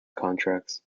contracts